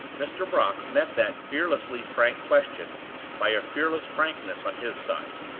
mr. brock met that fearlessly frank question by a fearless frankness on his side.